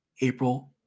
April